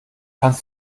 kannst